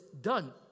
done